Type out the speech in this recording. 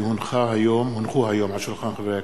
כי הונחו היום על שולחן הכנסת,